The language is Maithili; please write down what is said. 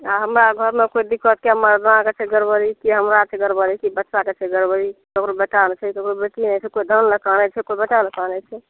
आ हमरा घरमे कोइ दिक्कत हमरा घरमे छै गड़बड़ी कि हमरा छै गड़बड़ी कि बच्चाके छै गड़बड़ी केकरो बेटा लै छै केओ धन लै करै छै केओ बेटा लै करै छै